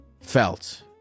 felt